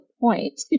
point